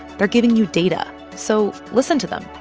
they're giving you data. so listen to them,